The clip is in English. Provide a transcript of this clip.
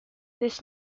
this